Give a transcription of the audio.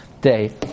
day